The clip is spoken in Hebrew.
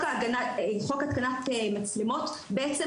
חוק התקנת מצלמות אוסר על התקנת מצלמות בבתים